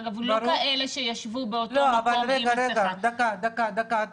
לא כאלה שישבו באותו מקום --- יש את